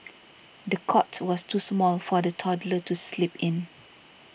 the cot was too small for the toddler to sleep in